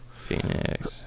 Phoenix